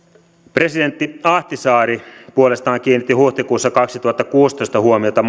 presidentti ahtisaari puolestaan kiinnitti huhtikuussa kaksituhattakuusitoista huomiota